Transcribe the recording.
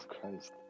Christ